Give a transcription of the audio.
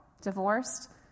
divorced